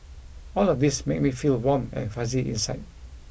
all of these make me feel warm and fuzzy inside